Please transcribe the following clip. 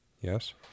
Yes